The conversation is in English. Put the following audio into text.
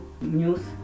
news